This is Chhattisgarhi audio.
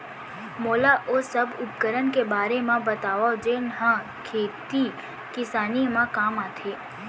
मोला ओ सब उपकरण के बारे म बतावव जेन ह खेती किसानी म काम आथे?